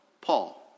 Paul